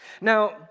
Now